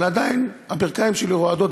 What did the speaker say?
אבל עדיין הברכיים שלי רועדות,